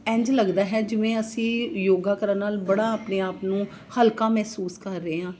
ਇੰਝ ਲੱਗਦਾ ਹੈ ਜਿਵੇਂ ਅਸੀਂ ਯੋਗਾ ਕਰਨ ਨਾਲ ਬੜਾ ਆਪਣੇ ਆਪ ਨੂੰ ਹਲਕਾ ਮਹਿਸੂਸ ਕਰ ਰਹੇ ਹਾਂ